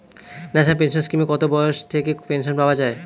National pension স্কিমে কত বয়স থেকে পেনশন পাওয়া যায়?